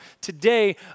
today